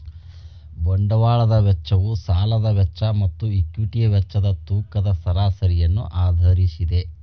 ಬಂಡವಾಳದ ವೆಚ್ಚವು ಸಾಲದ ವೆಚ್ಚ ಮತ್ತು ಈಕ್ವಿಟಿಯ ವೆಚ್ಚದ ತೂಕದ ಸರಾಸರಿಯನ್ನು ಆಧರಿಸಿದೆ